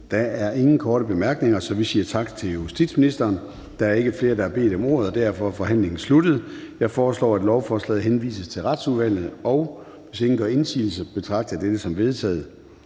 flere korte bemærkninger. Tak til indenrigs- og sundhedsministeren. Da der ikke er flere, der har bedt om ordet, er forhandlingen sluttet. Jeg foreslår, at lovforslaget henvises til Sundhedsudvalget. Hvis ingen gør indsigelse, betragter jeg det som vedtaget.